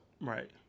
Right